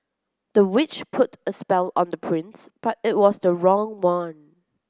the witch put a spell on the prince but it was the wrong one